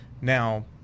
Now